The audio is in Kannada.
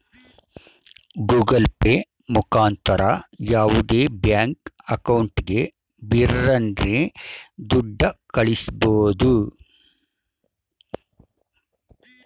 ಗೂಗಲ್ ಪೇ ಮುಖಾಂತರ ಯಾವುದೇ ಬ್ಯಾಂಕ್ ಅಕೌಂಟಿಗೆ ಬಿರರ್ನೆ ದುಡ್ಡ ಕಳ್ಳಿಸ್ಬೋದು